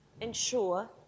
ensure